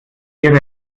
ihre